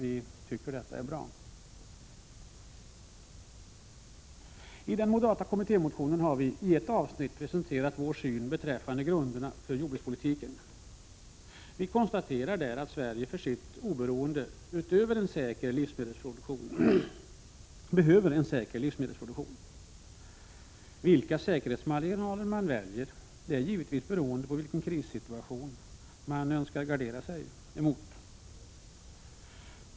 I den moderata kommittémotionen har vi i ett avsnitt presenterat vår syn beträffande grunderna för jordbrukspolitiken. Vi konstaterar där att Sverige för sitt oberoende behöver en säker livsmedelsproduktion. Vilka säkerhetsmarginaler man väljer är givetvis beroende på vilken krissituation man önskar gardera sig emot.